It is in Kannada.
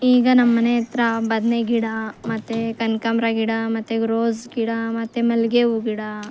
ಈಗ ನಮ್ಮನೆ ಹತ್ರ ಬದನೇ ಗಿಡ ಮತ್ತೆ ಕನಕಾಂಬ್ರ ಗಿಡ ಮತ್ತೆ ರೋಸ್ ಗಿಡ ಮತ್ತು ಮಲ್ಲಿಗೆ ಹೂ ಗಿಡ